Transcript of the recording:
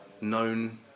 known